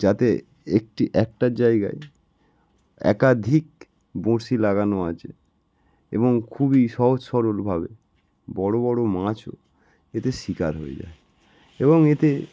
যাতে একটি একটা জায়গায় একাধিক বঁড়শি লাগানো আছে এবং খুবই সহজ সরলভাবে বড় বড় মাছও এতে শিকার হয়ে যায় এবং এতে